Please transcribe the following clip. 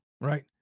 right